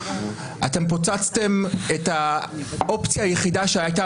אתם פוצצתם את האופציה היחידה שהייתה